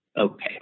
Okay